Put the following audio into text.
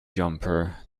jumper